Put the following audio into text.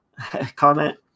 Comment